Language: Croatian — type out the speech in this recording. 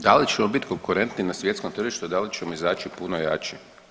Da li ćemo biti konkurenti na svjetskom tržištu i da li ćemo izaći puno jači?